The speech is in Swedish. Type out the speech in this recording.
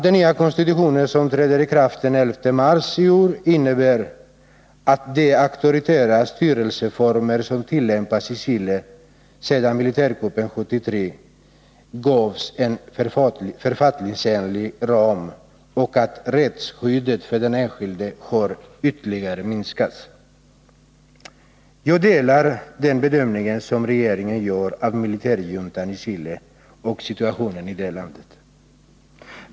Den nya konstitutionen, som trädde i kraft den 11 mars i år, innebär att de auktoritära styrelseformer som tillämpats i Chile sedan militärkuppen 1973 gavs en författningsenlig ram och att rättsskyddet för den enskilde har ytterligare minskats. Jag delar regeringens bedömning av militärjuntan i Chile och situationen i det landet.